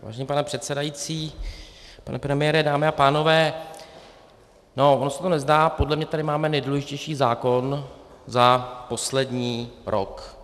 Vážený pane předsedající, pane premiére, dámy a pánové, ono se to nezdá, ale podle mě tady máme nejdůležitější zákon za poslední rok.